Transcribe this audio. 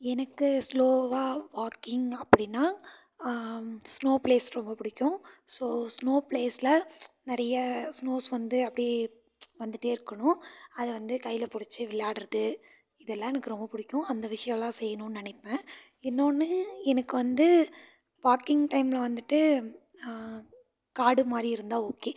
எனக்கு ஸ்லோவாக வாக்கிங் அப்படின்னா ஸ்னோ ப்ளேஸ் ரொம்ப பிடிக்கும் ஸோ ஸ்னோ ப்ளேஸ்ல நிறைய ஸ்னோஸ் வந்து அப்படியே வந்துகிட்டே இருக்கணும் அதை வந்து கைல பிடிச்சி விளாடுறது இதெல்லாம் எனக்கு ரொம்ப பிடிக்கும் அந்த விஷயம்லாம் செய்யணும்னு நினைப்பேன் இன்னொன்னு எனக்கும் வந்து வாக்கிங் டைம்ல வந்துட்டு காடுமாதிரி இருந்தால் ஓகே